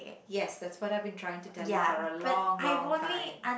yes that's what I've been trying to tell you for a long long time